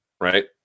right